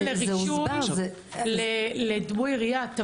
לעשות רישוי לדמוי ירייה --- אבל זה הוסבר.